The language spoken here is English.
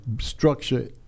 structure